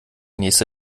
nächste